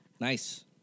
Nice